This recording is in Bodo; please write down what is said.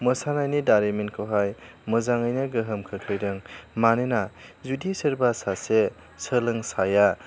मोसानायनि दारिमिनखौहाय मोजाङैनो गोहोम खोख्लैदों मानोना जुदि सोरबा सासे सोलोंसाया